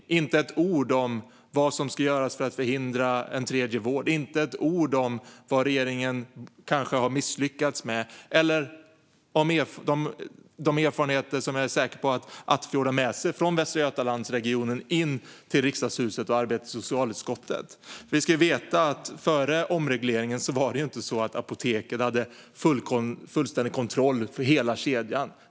Han sa inte ett ord om vad som ska göras för att förhindra en tredje våg, vad regeringen kanske har misslyckats med eller de erfarenheter som jag är säker på att Attefjord har med sig från Västra Götalandsregionen till Riksdagshuset och arbetet i socialutskottet. Vi ska veta att det före omregleringen inte var så att Apoteket hade fullständig kontroll över hela kedjan.